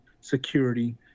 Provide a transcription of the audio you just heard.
security